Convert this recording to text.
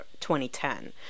2010